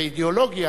באידיאולוגיה,